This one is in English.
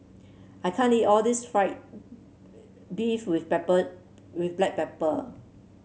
I can't eat all this fried beef with pepper with Black Pepper